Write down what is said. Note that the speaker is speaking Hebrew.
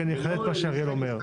אחדד את דבריו של אריאל.